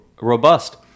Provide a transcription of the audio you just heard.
robust